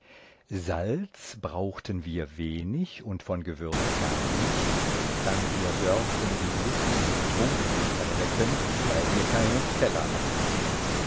salz brauchten wir wenig und von gewürz gar nichts dann wir dörften die lust zum trunk nicht erwecken weil wir keinen keller hatten